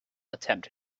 attempt